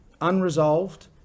unresolved